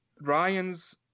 Ryan's